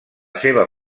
seva